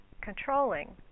controlling